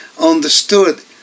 understood